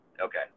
Okay